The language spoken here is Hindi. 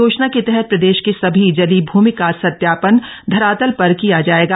योजना के तहत प्रदेश के सभी जलीय भूमि का सत्यापन धरातल पर किया जाएगा